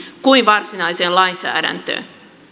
kuin varsinaiseen lainsäädäntöön